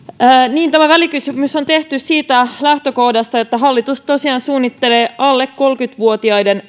niin tämä välikysymys on tehty siitä lähtökohdasta että hallitus tosiaan suunnittelee alle kolmekymmentä vuotiaiden